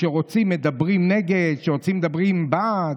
כשרוצים, מדברים נגד, כשרוצים, מדברים בעד.